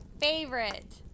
favorite